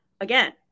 again